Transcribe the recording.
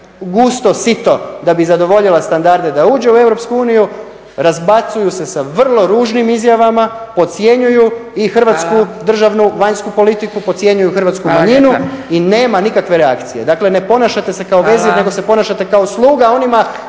gusto sito da bi zadovoljila standarde da uđe u Europsku uniju, razbacuju se sa vrlo ružnim izjavama, podcjenjuju i hrvatsku državnu vanjsku politiku, podcjenjuju hrvatsku manjinu i nema nikakve reakcije. Dakle ne ponašate se kao vezir nego se ponašate kao sluga onima